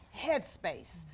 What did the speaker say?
headspace